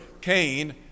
Cain